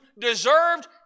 deserved